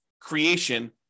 creation